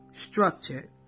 structured